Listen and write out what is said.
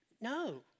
no